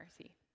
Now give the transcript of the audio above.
mercy